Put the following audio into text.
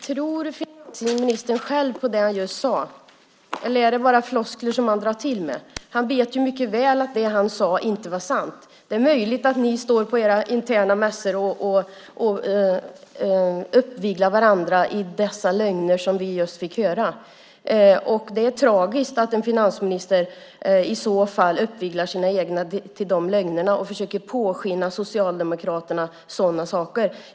Herr talman! Tror finansministern själv på det han just sade eller är det bara floskler som han drar till med? Han vet ju mycket väl att det han sade inte var sant. Det är möjligt att ni står på era interna mässor och uppviglar varandra med de lögner som vi just fick höra. Det är tragiskt att en finansminister i så fall uppviglar sina egna till de lögnerna och försöker pådyvla Socialdemokraterna sådana saker.